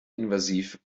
invasiv